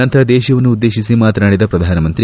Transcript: ನಂತರ ದೇಶವನ್ನುದ್ದೇಶಿಸಿ ಮಾತನಾಡಿದ ಪ್ರಧಾನ ಮಂತ್ರಿ